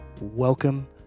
welcome